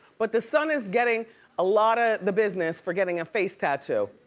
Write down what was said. but the son is getting a lot of the business for getting a face tattoo.